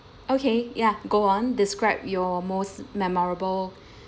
okay ya go on describe your most memorable